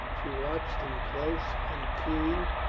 she watched him close and keen.